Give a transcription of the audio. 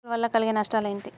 Fungal వల్ల కలిగే నష్టలేంటి?